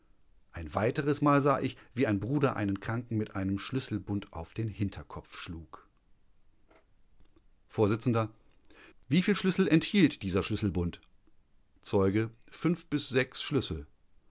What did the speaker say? ein weiteres mal sah ich wie ein bruder einen kranken mit einem schlüsselbund auf den hinterkopf schlug vors wieviel schlüssel enthielt dieser schlüsselbund zeuge schlüssel